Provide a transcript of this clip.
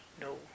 No